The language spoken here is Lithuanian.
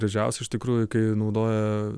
gražiausia iš tikrųjų kai naudoja